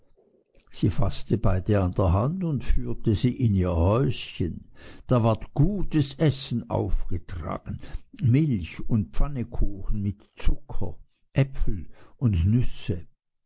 sie faßte beide an der hand und führte sie in ihr häuschen da ward gutes essen aufgetragen milch und pfannekuchen mit zucker äpfel und nüsse